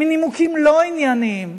מנימוקים לא ענייניים,